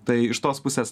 tai iš tos pusės